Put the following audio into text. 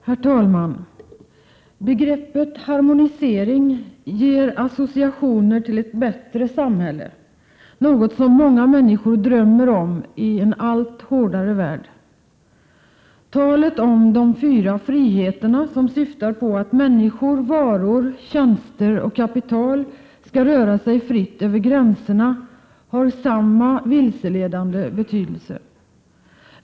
Herr talman! Begreppet harmonisering ger associationer till ett bättre samhälle, något som många människor drömmer om i en allt hårdare värld. Talet om ”de fyra friheterna”, som syftar på att människor, varor, tjänster och kapital skall röra sig fritt över gränserna, har samma vilseledande betydelse.